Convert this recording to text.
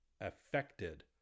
affected